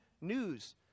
news